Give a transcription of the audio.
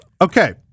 Okay